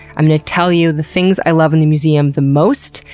i'm going to tell you the things i love in the museum the most,